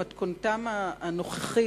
במתכונתם הנוכחית,